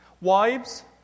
wives